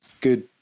good